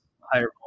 Higher